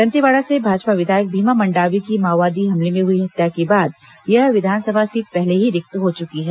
दंतेवाड़ा से भाजपा विधायक भीमा मंडावी की माओवादी हमले में हुई हत्या के बाद यह विधानसभा सीट पहले ही रिक्त हो चुकी है